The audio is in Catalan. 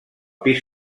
pis